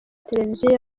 televiziyo